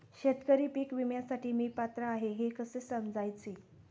शेतकरी पीक विम्यासाठी मी पात्र आहे हे कसे समजायचे?